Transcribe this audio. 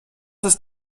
ist